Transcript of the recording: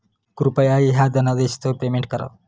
कृपया ह्या धनादेशच पेमेंट करा